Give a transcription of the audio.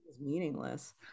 meaningless